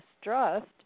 distrust